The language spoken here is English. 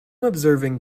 observing